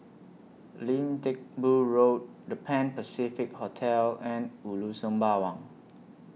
Lim Teck Boo Road The Pan Pacific Hotel and Ulu Sembawang